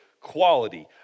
quality